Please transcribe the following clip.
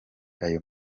ayo